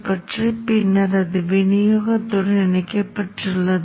buck மாற்றியின் துருவ மின்னழுத்தத்தைக் குறிக்கும் முனை P மற்றும் முனை O உள்ளது